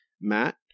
Matt